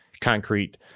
concrete